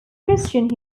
christian